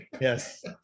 Yes